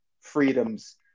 freedoms